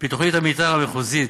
על-פי תוכנית המתאר המחוזית,